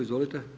Izvolite.